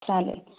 चालेल